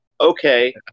okay